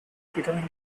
becoming